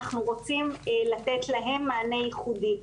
אנחנו רוצים לתת להן מענה ייחודי.